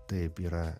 taip yra